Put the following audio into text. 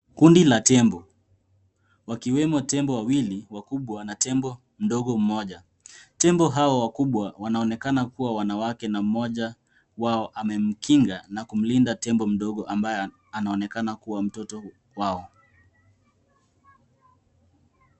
Kundi la tembo wakiwemo tembo wawili wakubwa na tembo mdogo mmoja. Tembo hawa wakubwa wanaonekana kuwa wanawake na mmoja wao amemukinga na kumlinda tembo mdogo ambaye anaonekana kuwa mtoto wao.